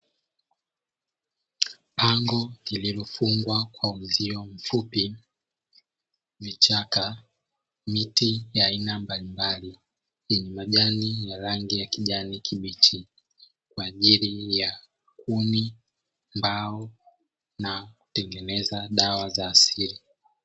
Pango lililofungwa kwa uzio mfupi, vichaka miti ya aina mbalimbali yenye majani ya rangi ya kijani kibichi kwa ajili ya kuni, mbao na kutengeneza dawa za asili.